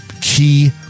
key